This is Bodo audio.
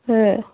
होह